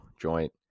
joint